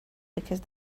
because